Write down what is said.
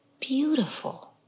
beautiful